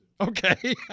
Okay